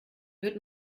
wird